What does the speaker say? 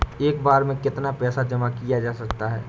एक बार में कितना पैसा जमा किया जा सकता है?